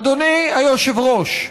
אדוני היושב-ראש,